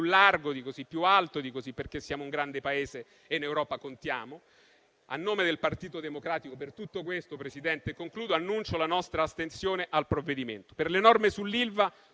largo di così, più alto di così, perché siamo un grande Paese e in Europa contiamo. A nome del Partito Democratico, signor Presidente, per tutto questo, annuncio la nostra astensione sul provvedimento. Per le norme sull'Ilva